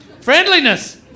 Friendliness